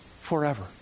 Forever